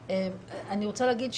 אני רוצה להגיד,